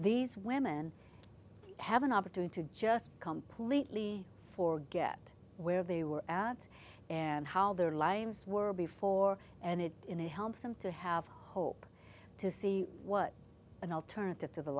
these women have an opportunity to just completely forget where they were out and how their lives were before and it in it helps them to have hope to see what an alternative to the